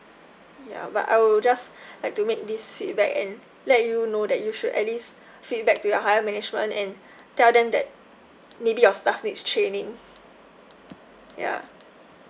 ya but I would just like to make this feedback and let you know that you should at least feedback to your higher management and tell them that maybe your staff needs training ya